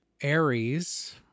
Aries